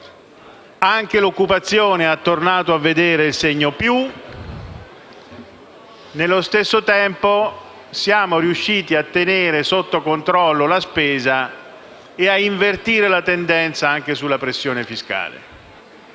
anche l'occupazione è tornata a vedere il segno positivo; nello stesso tempo, siamo riusciti a tenere sotto controllo la spesa e a invertire la tendenza anche sulla pressione fiscale.